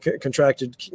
contracted